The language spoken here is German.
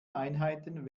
einheiten